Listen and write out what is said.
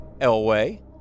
Elway